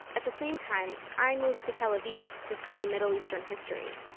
at the same time i moved to tel aviv to study middle eastern history.